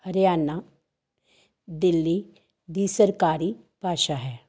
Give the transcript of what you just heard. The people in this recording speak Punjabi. ਹਰਿਆਣਾ ਦਿੱਲੀ ਦੀ ਸਰਕਾਰੀ ਭਾਸ਼ਾ ਹੈ